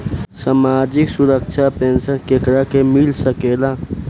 सामाजिक सुरक्षा पेंसन केकरा के मिल सकेला?